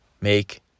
make